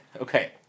Okay